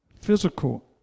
physical